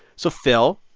so, phil,